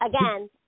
Again